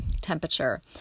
temperature